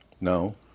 No